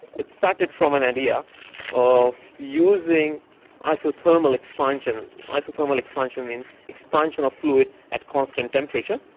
it started from an idea of using isothermal expansion. isothermal expansion means expansion of fluid at constant temperature,